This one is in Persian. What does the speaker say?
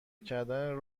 کردن